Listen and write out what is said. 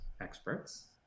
experts